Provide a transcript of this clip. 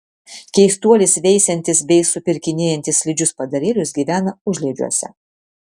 keistuolis veisiantis bei supirkinėjantis slidžius padarėlius gyvena užliedžiuose